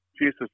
Jesus